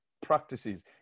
practices